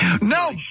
No